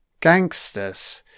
Gangsters